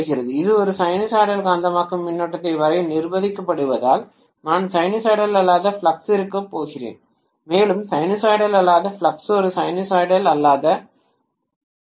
இது ஒரு சைனூசாய்டல் காந்தமாக்கும் மின்னோட்டத்தை வரைய நிர்பந்திக்கப்படுவதால் நான் சைனூசாய்டல் அல்லாத ஃப்ளக்ஸ் இருக்கப் போகிறேன் மேலும் சைனூசாய்டல் அல்லாத ஃப்ளக்ஸ் ஒரு சைனூசாய்டல் அல்லாத எம்